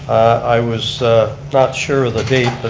i was not sure the date,